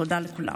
תודה לכולם.